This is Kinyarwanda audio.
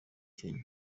kenya